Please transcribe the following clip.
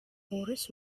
forest